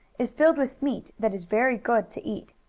is filled with meat that is very good to eat.